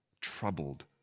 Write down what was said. troubled